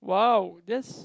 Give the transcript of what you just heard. wow that's